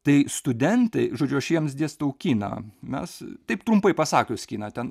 tai studentai žodžiu aš jiems dėstau kiną mes taip trumpai pasakius kiną ten